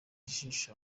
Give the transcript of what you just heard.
ijisho